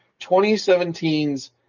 2017's